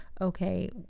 okay